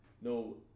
no